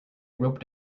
rope